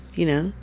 you know,